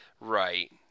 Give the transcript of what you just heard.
Right